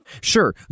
Sure